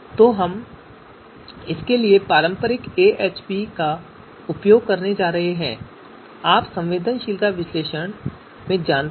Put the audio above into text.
तो हम इसके लिए पारंपरिक एएचपी का उपयोग करने जा रहे हैं आप संवेदनशीलता विश्लेषण जानते हैं